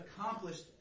accomplished